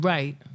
Right